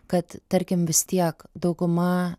kad tarkim vis tiek dauguma